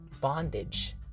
bondage